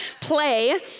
play